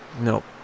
nope